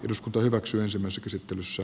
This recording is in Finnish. eduskunta hyväksyy sen myös esittelyssä